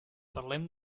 parlem